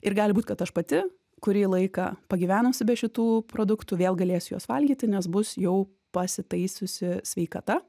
ir gali būt kad aš pati kurį laiką pagyvenusi be šitų produktų vėl galėsiu juos valgyti nes bus jau pasitaisiusi sveikata